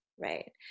Right